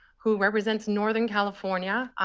who represents northern california.